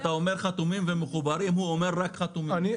אתה אומר מחוברים וחתומים הוא אומר רק מחוברים.